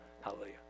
hallelujah